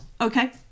Okay